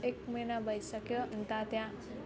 एक महिना भइसक्यो अन्त त्यहाँ